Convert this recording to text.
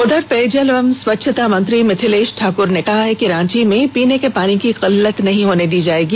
उधर पेयजल एवं स्वच्छता मंत्री मिथिलेष ठाकुर ने कहा है कि रांची में पीने की पानी की किल्लत नहीं होने दी जाएगी